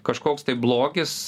kažkoks tai blogis